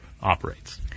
operates